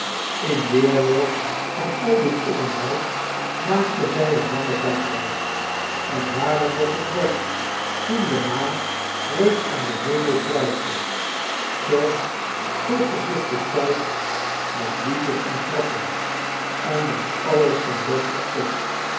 in weerwil van al dit oponthoud maakten zij eene lange dagreis en waren nog op weg toen de maan reeds aan den hemel prijkte short kortte zich den tijd met liedjes en grappen en nam alles ten beste op